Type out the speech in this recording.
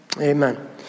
Amen